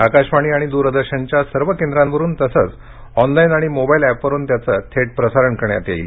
आकाशवाणी आणि द्रदर्शनच्या सर्व केंद्रावरून तसंच ऑनलाईन आणि मोबाईल एपवरून याचं थेट प्रसारण करण्यात येणार आहे